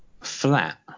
flat